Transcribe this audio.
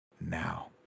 now